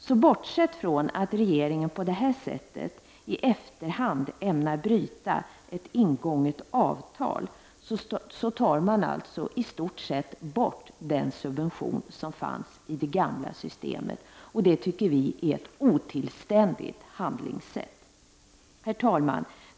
Så bortsett från att regeringen på detta sätt i efterhand ämnar bryta ett ingånget avtal, tar man också i stort sett bort den subvention som fanns i det gamla systemet. Det tycker vi är ett otillständigt handlingssätt. Herr talman!